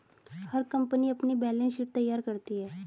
हर company अपनी balance sheet तैयार करती है